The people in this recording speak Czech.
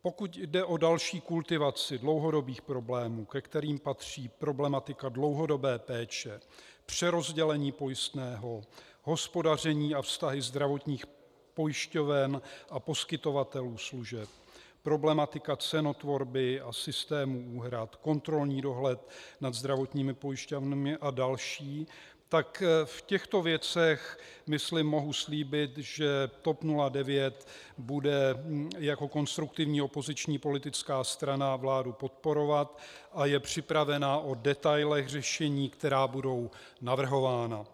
Pokud jde o další kultivaci dlouhodobých problémů, ke kterým patří problematika dlouhodobé péče, přerozdělení pojistného, hospodaření a vztahy zdravotních pojišťoven a poskytovatelů služeb, problematika cenotvorby a systému úhrad, kontrolní dohled nad zdravotními pojišťovnami a další, tak v těchto věcech myslím mohu slíbit, že TOP 09 bude jako konstruktivní opoziční politická strana vládu podporovat a je připravena o detailech řešení, která budou navrhována.